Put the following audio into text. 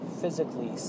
physically